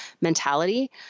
mentality